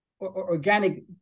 organic